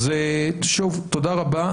שוב, תודה רבה.